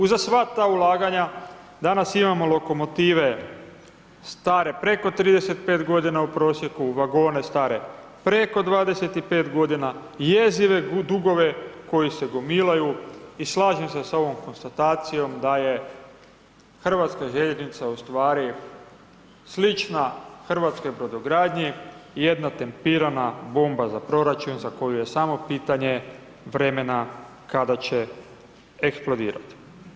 Uza sva ta ulaganja danas imamo lokomotive stare preko 35 godina u prosjeku, vagone stare preko 25 godina, jezive dugove koji se gomilaju i slažem se s ovom konstatacijom da je HŽ ustvari slična hrvatskoj brodogradnji, jedna tempirana bomba za proračun za koju je samo pitanje vremena kada će eksplodirati.